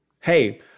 hey